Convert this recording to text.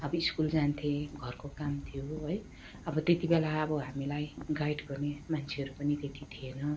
अब स्कुल जान्थेँ घरको काम थियो है अब त्यतिबेला आब हामीलाई गाइड गर्ने मान्छेहरू पनि त्यति थिएन